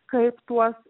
kaip tuos